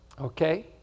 Okay